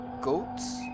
goats